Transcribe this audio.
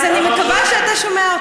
אז אני מקווה שאתה שומע אותי.